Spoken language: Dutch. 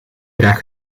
graag